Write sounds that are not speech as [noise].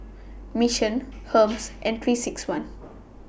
Mission Hermes [noise] and three six one [noise]